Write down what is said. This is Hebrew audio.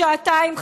שעתיים,